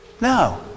No